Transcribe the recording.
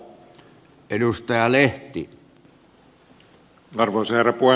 arvoisa herra puhemies